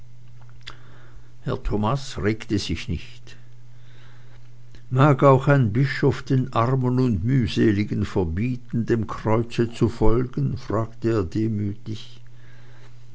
herr thomas regte sich nicht mag auch ein bischof den armen und mühseligen verbieten dem kreuze zu folgen fragte er demütig